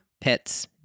pets